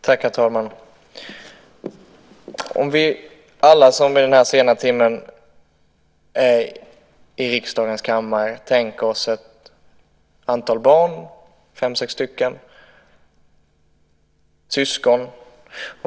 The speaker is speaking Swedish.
Herr talman! Låt oss alla som vid den här sena timmen är i riksdagens kammare tänka oss ett antal barn, fem sex syskon.